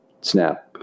snap